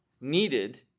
needed